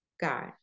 God